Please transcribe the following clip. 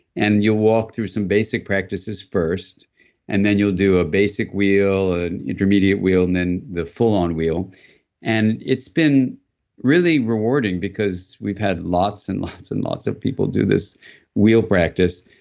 and you'll walk through some basic practices first and then you'll do a basic wheel, an intermediate wheel, and then the full-on wheel it's been really rewarding, because we've had lots and lots and lots of people do this wheel practice,